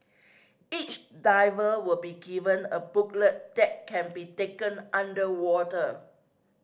each diver will be given a booklet that can be taken underwater